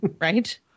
right